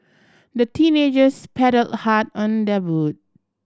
the teenagers paddled hard on their boat